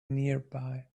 nearby